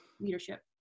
leadership